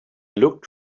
looked